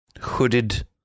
hooded